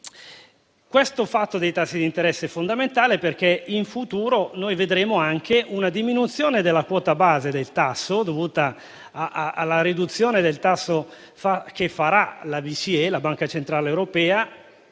Questo fattore dei tassi di interesse è fondamentale, perché in futuro vedremo anche una diminuzione della quota base del tasso dovuta alla riduzione del tasso che farà la Banca centrale europea,